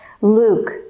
Luke